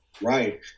Right